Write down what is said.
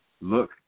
look